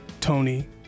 Tony